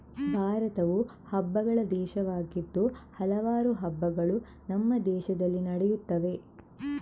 ಭಾರತವು ಹಬ್ಬಗಳ ದೇಶವಾಗಿದ್ದು ಹಲವಾರು ಹಬ್ಬಗಳು ನಮ್ಮ ದೇಶದಲ್ಲಿ ನಡೆಯುತ್ತವೆ